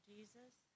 Jesus